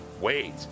Wait